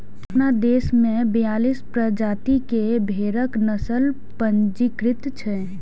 अपना देश मे बियालीस प्रजाति के भेड़क नस्ल पंजीकृत छै